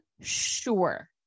sure